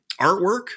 artwork